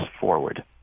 forward